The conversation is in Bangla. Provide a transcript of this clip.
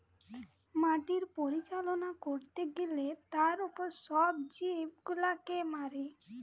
মাটি পরিচালনা করতে গ্যালে তার উপর সব জীব গুলাকে মারে